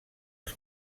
els